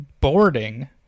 boarding